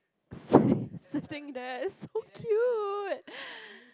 sitting there it's so cute